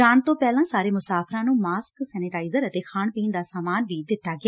ਜਾਣ ਤੋਂ ਪਹਿਲਾਂ ਸਾਰੇ ਮੁਸਫਰਾਂ ਨੂੰ ਮਾਸਕ ਸੈਨੇਟਾਈਜ਼ਰ ਅਤੇ ਖਾਣ ਪੀਣ ਦਾ ਸਾਮਾਨ ਦਿੱਤਾ ਗਿਆ